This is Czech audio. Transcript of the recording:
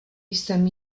jsem